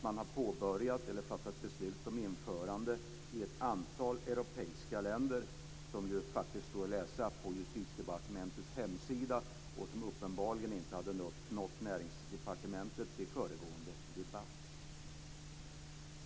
Man har påbörjat - eller fattat beslut om - ett införande av systemet i ett antal europeiska länder, vilket står att läsa på Justitiedepartementets hemsida, men som uppenbarligen inte hade nått Näringsdepartementet vid föregående interpellationsdebatt.